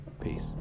peace